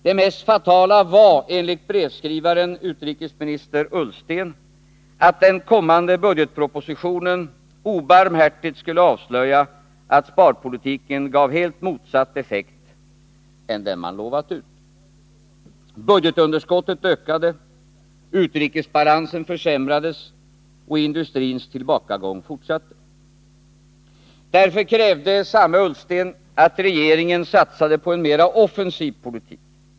Det mest fatala var, enligt brevskrivaren utrikesminister Ullsten, att den kommande budgetpropositionen obarmhärtigt skulle avslöja att sparpolitiken gav helt motsatt effekt än den man utlovat. Budgetunderskottet ökade, utrikesbalansen försämrades och industrins tillbakagång fortsatte. Därför krävde samme Ullsten att regeringen satsade på en mera offensiv politik.